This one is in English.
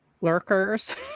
lurkers